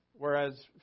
Whereas